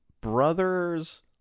brother's